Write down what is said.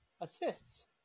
assists